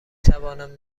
توانم